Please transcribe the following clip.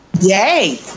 yay